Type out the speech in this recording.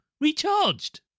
Recharged